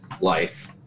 life